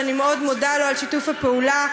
שאני מאוד מודה לו על שיתוף הפעולה,